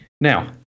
Now